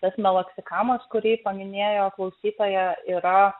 tas meloksikamas kurį paminėjo klausytoja yra